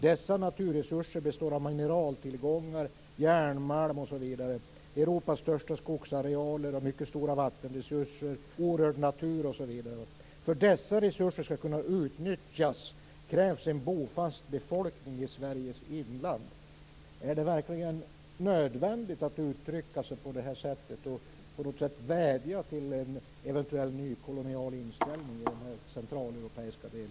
Dessa naturresurser består av mineraltillgångar, järnmalm, Europas största skogsarealer, mycket stora vattenresurser, orörd natur osv. För att dessa resurser skall kunna utnyttjas krävs en bofast befolkning i Sveriges inland. Är det verkligen nödvändigt att uttrycka sig på det här sättet och att på något sätt vädja till en eventuell nykolonial inställning när det gäller denna centraleuropeiska del?